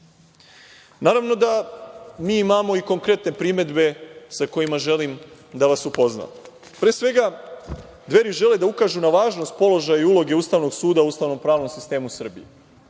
Srbiju? Naravno da mi imamo i konkretne primedbe sa kojima želim da vas upoznam. Pre svega, Dveri žele da ukažu na važnost položaja i uloge Ustavnog suda u ustavno-pravnom sistemu Srbije.